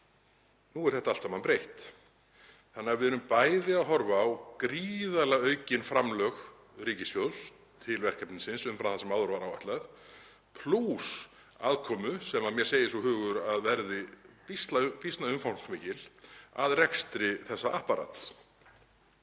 Nú er þetta allt saman breytt þannig að við erum bæði að horfa á gríðarlega aukin framlög ríkissjóðs til verkefnisins umfram það sem áður var áætlað, plús aðkomu sem mér segir svo hugur að verði býsna umfangsmikil að rekstri þessa apparats.